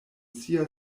sia